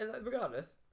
regardless